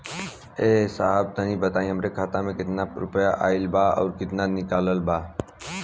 ए साहब तनि बताई हमरे खाता मे कितना केतना रुपया आईल बा अउर कितना निकलल बा?